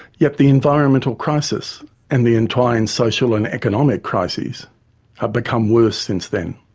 yet the environmental crisis and the entwined social and economic crises have become worse since then.